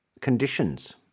conditions